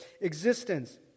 existence